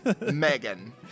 megan